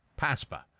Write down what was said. PASPA